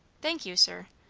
thank you, sir.